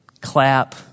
clap